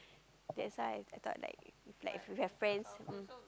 that's why I thought like like if you have friends mm